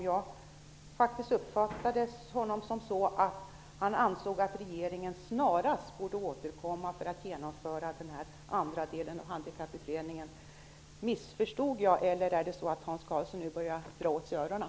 Jag uppfattade honom som så att han ansåg att regeringen snarast borde återkomma för att genomföra den andra delen av Handikapputredningen. Missförstod jag, eller börjar Hans Karlsson nu dra åt sig öronen?